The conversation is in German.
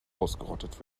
ausgerottet